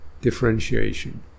differentiation